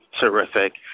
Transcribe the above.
Terrific